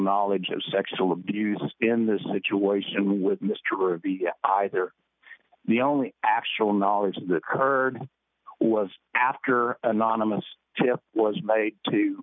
knowledge of sexual abuse in this situation with mr of the there the only actual knowledge of the occurred was after anonymous tip was made to